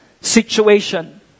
situation